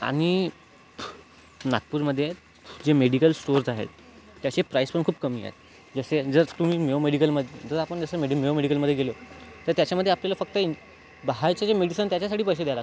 आणि नागपूरमध्ये जे मेडिकल स्टोर्स आहेत त्याचे प्राईस पण खूप कमी आहे जसे जर तुम्ही मेयो मेडिकलमध्ये जर आपण जसे मेड मेयो मेडिकलमध्ये गेलो तर त्याच्यामध्ये आपल्याला फक्त इं बाहेरचे जे मेडिसीन त्याच्यासाठी पैसे द्यावे लागते